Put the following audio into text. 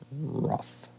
Rough